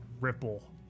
ripple